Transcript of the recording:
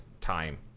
time